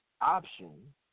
option